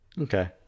Okay